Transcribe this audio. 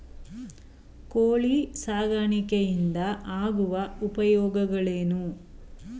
ಕೋಳಿ ಸಾಕಾಣಿಕೆಯಿಂದ ಆಗುವ ಉಪಯೋಗಗಳೇನು?